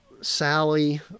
Sally